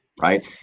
Right